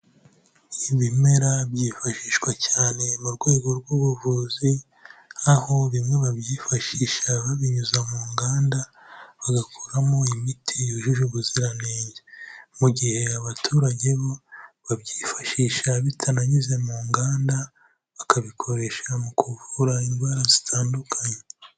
Ibimera byifashishwa cyane mu rwego rw'ubuvuzi aho bimwe babyifashisha babinyuza mu nganda bagakoramo imiti yujuje ubuziranenge, mu gihe abaturage bo babyifashisha bitananyuze mu nganda bakabikoresha mu kuvura indwara zitandukanye.